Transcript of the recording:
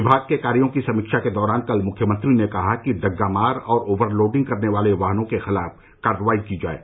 विभाग के कार्यों की समीक्षा के दौरान कल मुख्यमंत्री ने कहा कि डग्गामार और ओवरलोडिंग करने वाले वाहनों के खिलाफ कार्रवाई की जाये